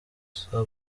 supt